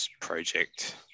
project